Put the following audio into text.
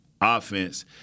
offense